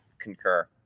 Concur